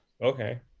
okay